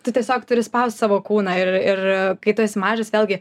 tu tiesiog turi spaust savo kūną ir ir kai tu esi mažas vėlgi